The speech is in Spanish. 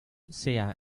sea